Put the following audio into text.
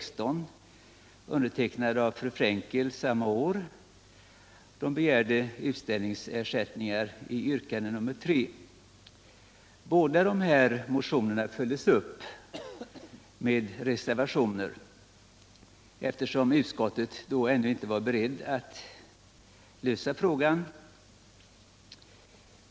Båda dessa motioner följdes upp med reservationer, eftersom utskottet då ännu inte var berett att lösa frågan.